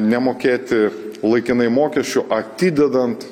nemokėti laikinai mokesčių atidedant